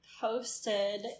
posted